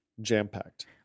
Jam-packed